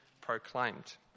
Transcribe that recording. proclaimed